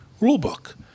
rulebook